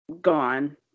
gone